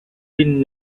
been